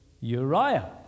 Uriah